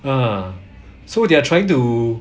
uh so they are trying to